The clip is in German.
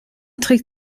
trägt